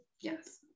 Yes